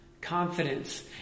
Confidence